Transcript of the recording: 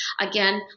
Again